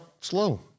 slow